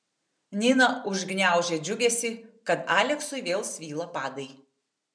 nina užgniaužė džiugesį kad aleksui vėl svyla padai